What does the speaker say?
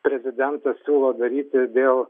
prezidentas siūlo daryti dėl